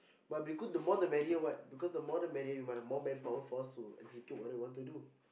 but be good the more the merrier what because the more the merrier you might have more manpower for us to execute what we want to do